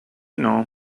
know